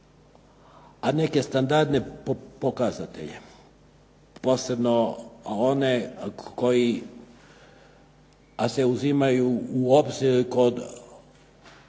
neke standarde pokazatelje, posebno one koji se uzimaju u obzir kod